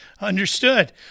Understood